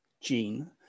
gene